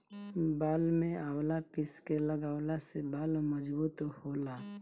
बाल में आवंला पीस के लगवला से बाल मजबूत होला